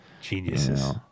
Geniuses